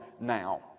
now